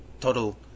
total